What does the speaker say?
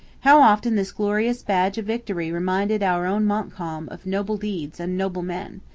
how often this glorious badge of victory reminded our own montcalm of noble deeds and noble men!